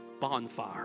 bonfire